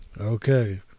Okay